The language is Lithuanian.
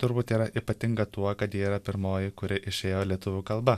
turbūt yra ypatinga tuo kad ji yra pirmoji kuri išėjo lietuvių kalba